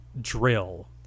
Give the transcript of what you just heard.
Drill